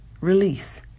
Release